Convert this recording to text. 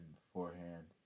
beforehand